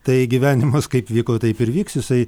tai gyvenimas kaip vyko taip ir vyks jisai